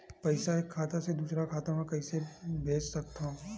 पईसा एक खाता से दुसर खाता मा कइसे कैसे भेज सकथव?